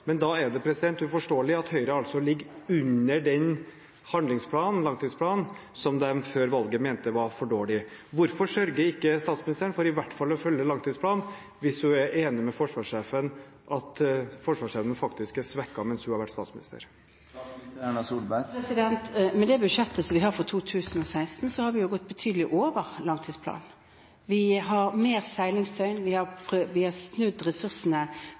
men da er det uforståelig at Høyre altså ligger etter den langtidsplanen som de før valget mente var for dårlig. Hvorfor sørger ikke statsministeren i hvert fall for å følge langtidsplanen hvis hun er enig med forsvarssjefen i at forsvarsevnen faktisk er blitt svekket mens hun har vært statsminister? Med det budsjettet vi har for 2016, har vi gått betydelig over langtidsplanen. Vi har flere seilingsdøgn, vi har snudd ressursene våre mer nordover for å være til stede, vi har